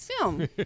film